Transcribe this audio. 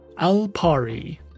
Alpari